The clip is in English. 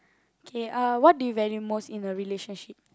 K uh what do you value most in a relationship